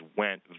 went